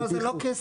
לא, זה לא כסף.